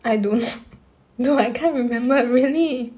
I don't know no I can't remember really